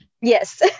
Yes